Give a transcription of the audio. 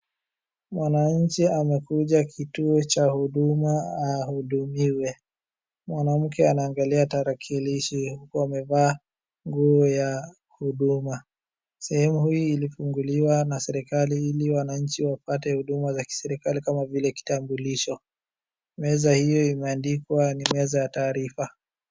Mwananchi amekuja kituo cha huduma ahudumiwe. Mwanamke anaangalia tarakilishi uku amevaa nguo ya huduma. Sehemu hii ilifunguliwa na serikali ili wananchi wapate huduma za kiserikali kama vile kitambulisho. Meza hio imeandikwa ni meza ya taarifa.